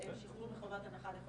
אפרופו סקרים, שני